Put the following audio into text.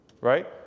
Right